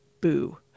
boo